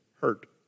hurt